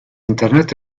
internet